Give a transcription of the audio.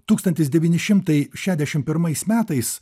tūkstantis devyni šimtai šešiasdešimt pirmais metais